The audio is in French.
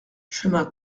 chemin